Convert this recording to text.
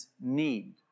need